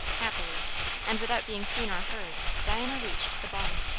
happily and without being seen or heard, diana reached the barn.